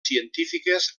científiques